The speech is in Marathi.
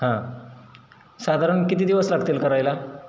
हां साधारण किती दिवस लागतील करायला